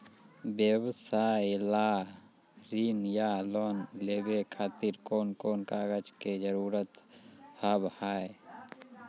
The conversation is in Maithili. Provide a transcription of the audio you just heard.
व्यवसाय ला ऋण या लोन लेवे खातिर कौन कौन कागज के जरूरत हाव हाय?